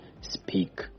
speak